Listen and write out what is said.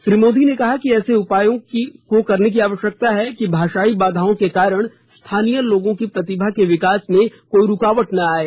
श्री मोदी ने कहा कि ऐसे उपाय करने की आवश्यकता है कि भाषाई बाधाओं के कारण स्थानीय लोगों की प्रतिभा के विकास में कोई रूकावट न आये